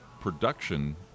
production